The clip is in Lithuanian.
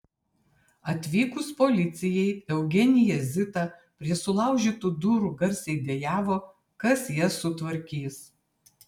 atvykus policijai eugenija zita prie sulaužytų durų garsiai dejavo kas jas sutvarkys